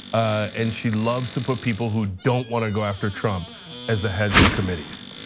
and she loves to put people who don't want to go after trump as the heads of committees.